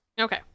Okay